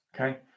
Okay